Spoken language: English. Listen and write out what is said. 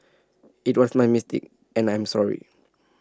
IT was my mistake and I'm sorry